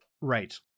right